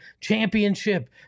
championship